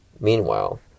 Meanwhile